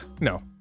no